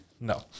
No